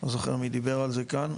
לא זוכר מי דיבר על זה כאן,